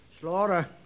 Slaughter